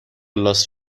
لاس